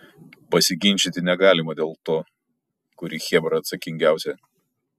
pasiginčyti negalima dėl to kuri chebra atsakingiausia